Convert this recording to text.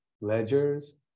ledgers